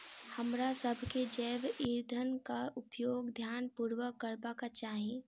हमरासभ के जैव ईंधनक उपयोग ध्यान पूर्वक करबाक चाही